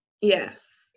yes